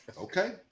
Okay